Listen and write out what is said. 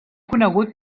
conegut